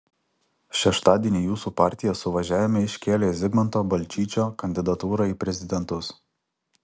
šeštadienį jūsų partija suvažiavime iškėlė zigmanto balčyčio kandidatūrą į prezidentus